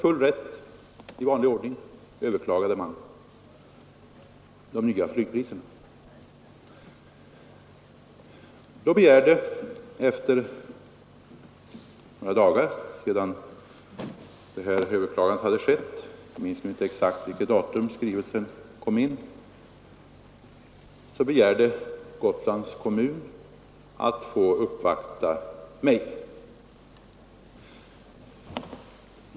Några dagar efter detta överklagande — jag minns inte exakt vilket datum — begärde Gotlands kommun att få uppvakta mig.